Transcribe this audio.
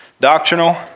doctrinal